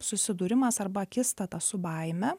susidūrimas arba akistata su baime